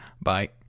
bye